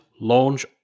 launch